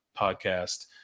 podcast